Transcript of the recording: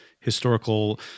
historical